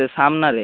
ସେ ସାମ୍ନାରେ